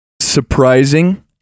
Surprising